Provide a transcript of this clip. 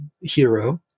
hero